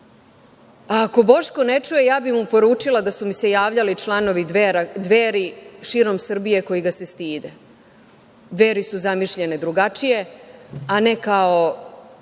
Ako Boško ne čuje, ja bi mu poručila da su mi se javljali članovi Dveri širom Srbije koji ga se stide, Dveri su zamišljene drugačije, a ne kao